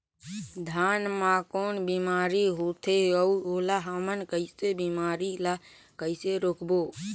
धान मा कौन बीमारी होथे अउ ओला हमन कइसे बीमारी ला कइसे रोकबो?